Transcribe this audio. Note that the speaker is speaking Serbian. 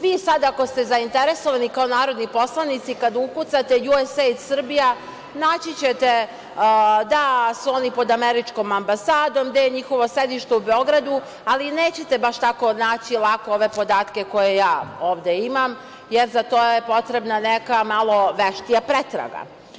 Vi ako ste zainteresovani kao narodni poslanici kada ukucate „USAID Srbija“ naći ćete da su oni pod američkom ambasadom, da je njihovo sedište u Beogradu, ali nećete baš lako naći ove podatke koje ja ovde imam, jer za to je potrebna neka malo veštija pretraga.